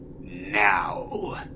Now